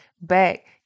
back